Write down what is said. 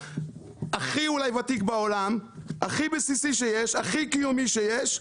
הכי אולי ותיק בעולם הכי בסיסי שיש הכי קיומי שיש,